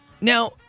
Now